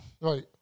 Right